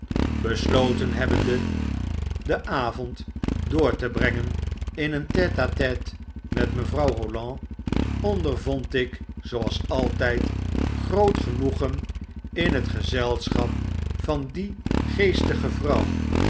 besloten hebbende den avond door te brengen in tete-a-tete met mevrouw roland ondervond ik zooals altyd groot genoegen in het gezelschap van die